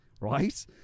right